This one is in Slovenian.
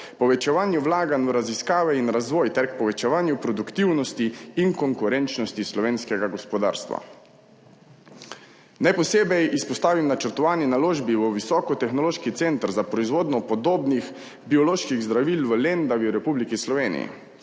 povečevanju vlaganj v raziskave in razvoj ter k povečevanju produktivnosti in konkurenčnosti slovenskega gospodarstva. Naj posebej izpostavim načrtovani naložbi v visokotehnološki center za proizvodnjo podobnih bioloških zdravil v Lendavi v Republiki Sloveniji.